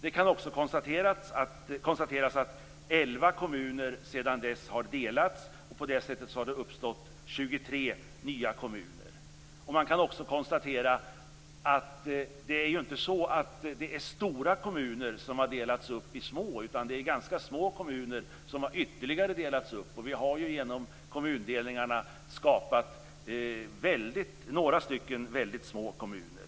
Det kan konstateras att elva kommuner sedan dess har delats. På det sättet har det uppstått 23 nya kommuner. Man kan också konstatera att det inte är så att det är stora kommuner som har delats upp i små. Det är ganska små kommuner som har delats upp ytterligare. Vi har ju genom kommundelningarna skapat några väldigt små kommuner.